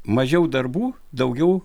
mažiau darbų daugiau